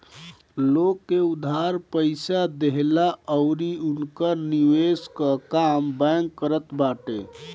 लोग के उधार पईसा देहला अउरी उनकर निवेश कअ काम बैंक करत बाटे